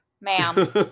ma'am